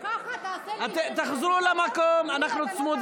טוב, את רוצה, בושה, בושה, בושה.